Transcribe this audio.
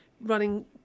running